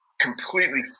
Completely